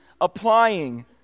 applying